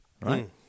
right